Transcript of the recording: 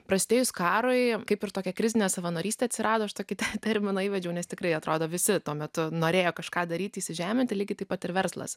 prasidėjus karui kaip ir tokia krizinė savanorystė atsirado aš tokį terminą įvedžiau nes tikrai atrodo visi tuo metu norėjo kažką daryti įžeminti lygiai taip pat ir verslas